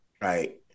Right